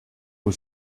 was